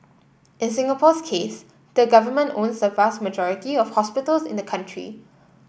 in Singapore's case the Government owns the vast majority of hospitals in the country